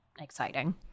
exciting